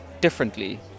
differently